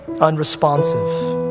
unresponsive